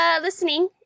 listening